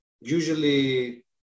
usually